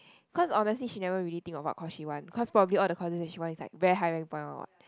cause honestly she never really think of what course she want cause probably all the courses that she want is like very high rank point one what